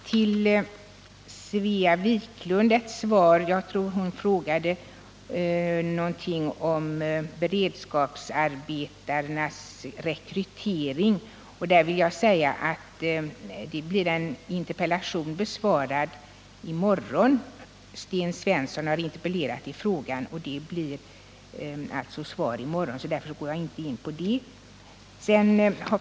Till Svea Wiklund, som frågade om rekryteringen av beredskapsarbetare, vill jag säga att Sten Svensson interpellerat i frågan och att interpellationen kommer att besvaras i morgon. Därför går jag inte in på det.